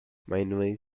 mainly